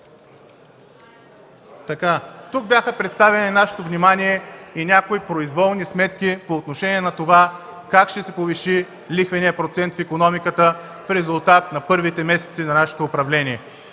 Тук бяха представени на нашето внимание някои произволни сметки по отношение на това как ще се повиши лихвеният процент в икономиката в резултат на първите месеци на нашето управление.